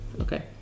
okay